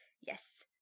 Yes